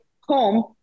home